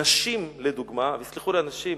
נשים, לדוגמה, ויסלחו לי הנשים,